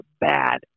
bad